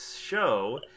show